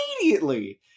Immediately